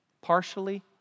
partially